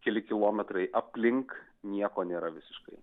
keli kilometrai aplink nieko nėra visiškai